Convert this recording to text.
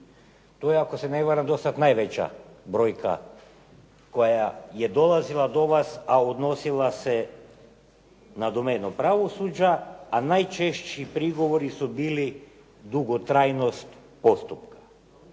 To je ako se ne varam do sada najveća brojka koja je dolazila do vas, a odnosila se na domenu pravosuđa. A najčešći prigovori su bili, dugotrajnost postupka.